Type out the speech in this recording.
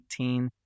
18